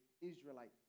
Israelite